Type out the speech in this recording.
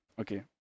okay